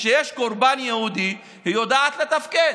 וכשיש קורבן יהודי היא יודעת לתפקד.